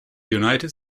united